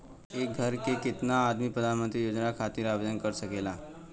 एक घर के केतना आदमी प्रधानमंत्री योजना खातिर आवेदन कर सकेला?